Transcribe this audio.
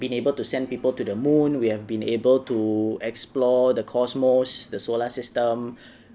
been able to send people to the moon we have been able to explore the cosmos the solar system